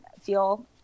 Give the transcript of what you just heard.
feel